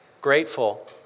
Grateful